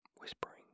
whispering